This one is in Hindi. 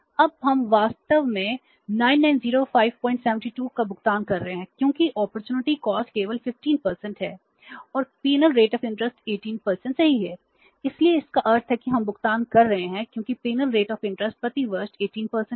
हम अब वास्तव में 990572 का भुगतान कर रहे हैं क्योंकि अपॉर्चुनिटी कॉस्ट 15 से कम है